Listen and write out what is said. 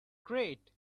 great